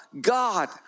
God